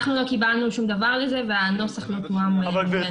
אנחנו לא קיבלנו שום דבר לזה והנוסח לא תואם מולנו.